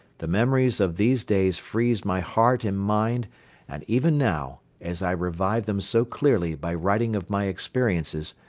the memories of these days freeze my heart and mind and even now, as i revive them so clearly by writing of my experiences,